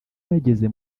bageze